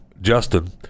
justin